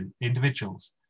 individuals